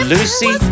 Lucy